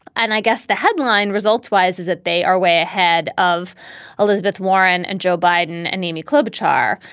and i guess the headline results wise is that they are way ahead of elizabeth warren and joe biden and amy klobuchar,